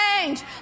change